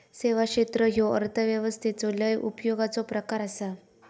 सेवा क्षेत्र ह्यो अर्थव्यवस्थेचो लय उपयोगाचो प्रकार आसा